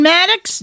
Maddox